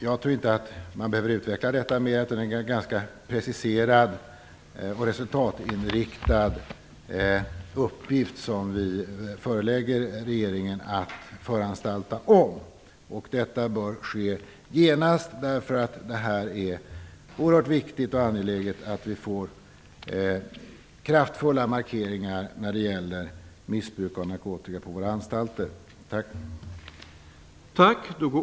Jag tror inte att man behöver utveckla det mer, utan jag tycker att det är en ganska preciserad och resultatinriktad uppgift för regeringen att föranstalta om detta. Detta bör ske genast, därför att det är oerhört viktigt och angeläget att vi får kraftfulla markeringar när det gäller missbruk av narkotika på våra anstalter.